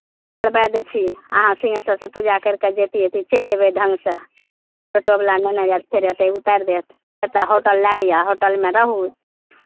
करबाए दै छी अहाँ सिंहेश्वरसँ पूजा करि कऽ जयती अयती चलि अयबै ढङ्गसँ टोटोवला नेने जायत फेर एतहि उतारि देत एतय होटल लए लिअ होटलमे रहू